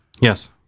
Yes